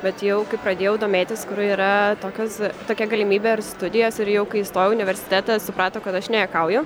bet jau kai pradėjau domėtis kur yra tokios tokia galimybė ar studijos ir jau kai įstojau į universitetą suprato kad aš nejuokauju